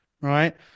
Right